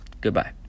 Goodbye